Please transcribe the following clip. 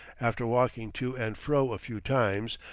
after walking to and fro a few times,